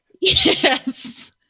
Yes